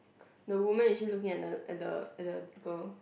the woman is she looking at the at the at the girl